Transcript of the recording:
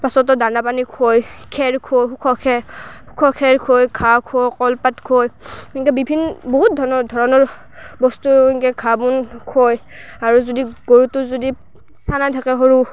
পাছতো দানা পানী খুৱায় খেৰ খুৱায় খু খে খু খেৰ খুৱায় ঘাঁহ খুৱায় কলপাত খুৱায় এনকৈ বিভিন বহুত ধৰণৰ ধৰণৰ বস্তু এনকৈ ঘাঁহ বন খুৱায় আৰু যদি গৰুটো যদি চানা থাকে সৰু